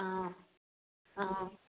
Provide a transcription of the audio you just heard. ꯑ ꯑ